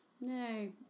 No